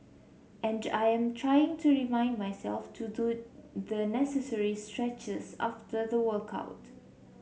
and I am trying to remind myself to do the necessary stretches after the workout